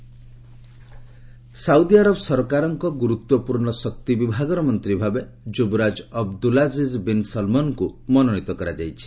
ସାଉଦିଆରବ ସାଉଦିଆରବ ସରକାରଙ୍କ ଗୁରୁତ୍ୱପୂର୍ଣ୍ଣ ଶକ୍ତି ବିଭାଗର ମନ୍ତ୍ରୀ ଭାବେ ଯୁବରାଜ ଅବଦୁଲ୍ଲାଜିକ୍ ବିନ୍ ସଲମନ୍ଙ୍କୁ ମନୋନୀତ କରାଯାଇଛି